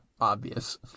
obvious